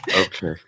Okay